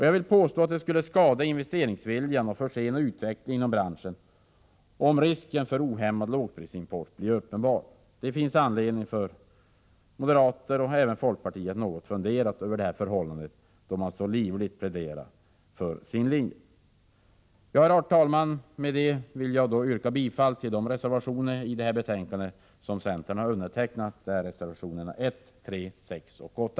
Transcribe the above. Jag vill påstå att det skulle skada investeringsviljan och försena utvecklingen inom branschen om risken för ohämmad lågprisimport blir uppenbar. Det finns anledning för moderater och även för folkpartister att något fundera över detta förhållande då man livligt pläderar för sin linje. Herr talman! Med detta vill jag yrka bifall till de reservationer till detta betänkande som centern har undertecknat, reservationerna 1, 3, 6 och 8.